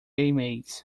mays